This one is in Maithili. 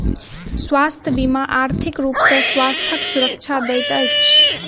स्वास्थ्य बीमा आर्थिक रूप सॅ स्वास्थ्यक सुरक्षा दैत अछि